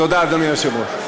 תודה, אדוני היושב-ראש.